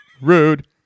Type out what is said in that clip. Rude